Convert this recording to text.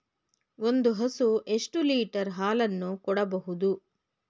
ಒಂದು ಹಸು ಎಷ್ಟು ಲೀಟರ್ ಹಾಲನ್ನು ಕೊಡಬಹುದು?